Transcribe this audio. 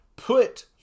put